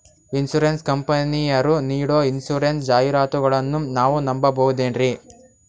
Insurance ಕಂಪನಿಯರು ನೀಡೋ insurance ಜಾಹಿರಾತುಗಳನ್ನು ನಾವು ನಂಬಹುದೇನ್ರಿ?